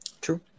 True